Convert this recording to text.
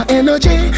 energy